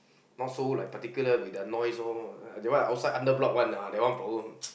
not so like particular with the noise loh that one outside under block one ah that one problem